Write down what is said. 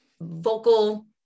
vocal